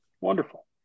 Wonderful